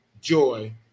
joy